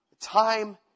Time